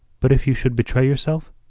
but if you should betray yourself?